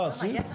אה, עשית?